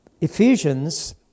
Ephesians